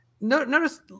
notice